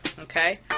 okay